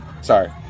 sorry